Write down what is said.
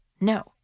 no